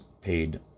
paid